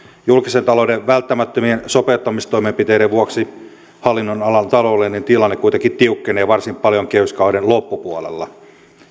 julkisen talouden välttämättömien sopeuttamistoimenpiteiden vuoksi hallinnonalan taloudellinen tilanne kuitenkin tiukkenee varsin paljon kehyskauden loppupuolella